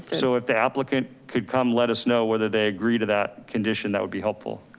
so if the applicant could come let us know whether they agree to that condition, that would be helpful.